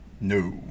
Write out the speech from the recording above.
No